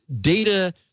data